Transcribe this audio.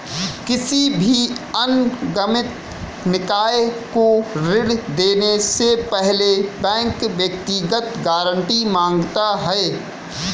किसी भी अनिगमित निकाय को ऋण देने से पहले बैंक व्यक्तिगत गारंटी माँगता है